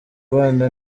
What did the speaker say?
abana